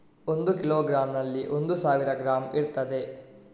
ಒಂದು ಕಿಲೋಗ್ರಾಂನಲ್ಲಿ ಒಂದು ಸಾವಿರ ಗ್ರಾಂ ಇರ್ತದೆ